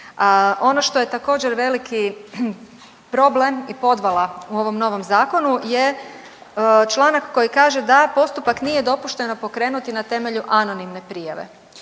Ono što je također veliki problem i podvala u ovom novom zakonu je članak koji kaže da postupak nije dopušteno pokrenuti na temelju anonimne prijave.